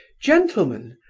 gentlemen,